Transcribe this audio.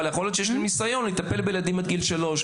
אבל יכול להיות שיש להם ניסיון בטיפול בילדים עד גיל שלוש.